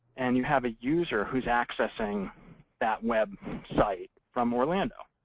and you have a user who's accessing that website from orlando.